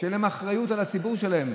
שתהיה להם אחריות על הציבור שלהם,